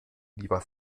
lieber